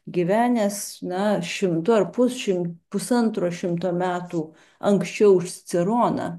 gyvenęs na šimtu ar pusšimčiu pusantro šimto metų anksčiau už ciceroną